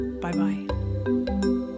Bye-bye